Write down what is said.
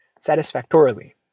Satisfactorily